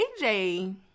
AJ